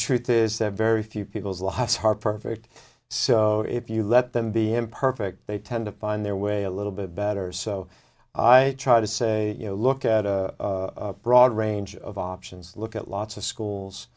truth is that very few people's lives heart perfect so if you let them be imperfect they tend to find their way a little bit better so i try to say you know look at a broad range of options look at lots of schools